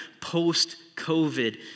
post-COVID